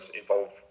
involved